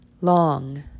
long